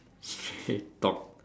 hate talk